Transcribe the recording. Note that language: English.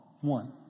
one